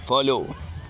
follow